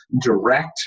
direct